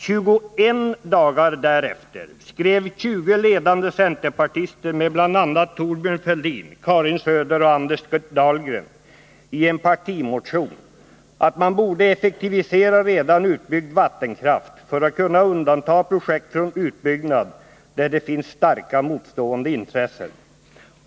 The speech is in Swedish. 21 dagar därefter skrev 20 ledande centerpartister med bl.a. Thorbjörn Fälldin, Karin Söder och Anders Dahlgren i en partimotion att man borde effektivisera redan utbyggd vattenkraft för att kunna undanta projekt från utbyggnad där det finns starka motstående intressen.